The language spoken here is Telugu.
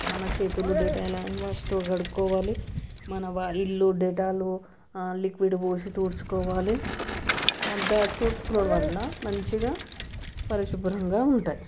మన చేతులు డెటాల్ హ్యాండ్ వాష్తో కడుక్కోవాలి మన వాకిల్ ఇల్లు డెటాల్లు లిక్విడ్ పోసి తుడుచుకోవాలి అంతా తుడుచుకోవడం వల్ల మంచిగా పరిశుభ్రంగా ఉంటాయి